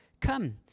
Come